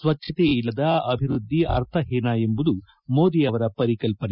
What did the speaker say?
ಸ್ವಚ್ಛತೆ ಇಲ್ಲದ ಅಭಿವೃದ್ಧಿ ಆರ್ಥಹೀನ ಎಂಬುದು ಮೋದಿ ಅವರ ಪರಿಕಲ್ಪನೆ